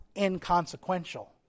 inconsequential